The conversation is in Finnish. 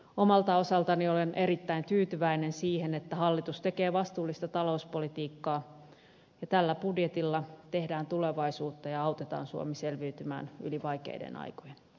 omalta osaltani olen erittäin tyytyväinen siihen että hallitus tekee vastuullista talouspolitiikkaa ja tällä budjetilla tehdään tulevaisuutta ja autetaan suomi selviytymään yli vaikeiden aikojen